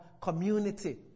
community